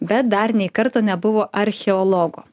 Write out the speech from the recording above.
bet dar nei karto nebuvo archeologo